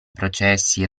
processi